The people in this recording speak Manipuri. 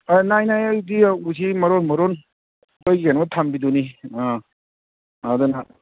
ꯑꯥ ꯅꯥꯏ ꯅꯥꯏ ꯑꯩꯗꯤ ꯎꯁꯤ ꯃꯔꯣꯟ ꯃꯔꯣꯟ ꯑꯩꯈꯣꯏꯒꯤ ꯀꯩꯅꯣ ꯊꯝꯕꯤꯗꯨꯅꯤ ꯑꯥ ꯑꯗꯨꯅ